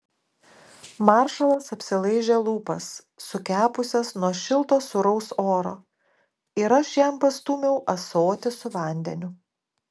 maršalas apsilaižė lūpas sukepusias nuo šilto sūraus oro ir aš jam pastūmiau ąsotį su vandeniu